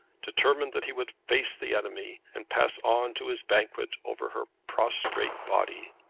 determined that he would face the enemy, and pass on to his banquet over her prostrate body.